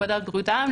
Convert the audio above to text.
מפקודת בריאות העם,